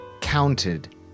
counted